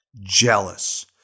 jealous